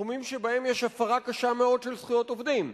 תחומים שבהם יש הפרה קשה מאוד של זכויות עובדים.